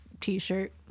T-shirt